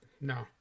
no